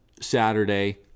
Saturday